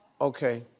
Okay